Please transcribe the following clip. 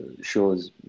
shows